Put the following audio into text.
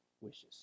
wishes